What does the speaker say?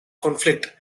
conflict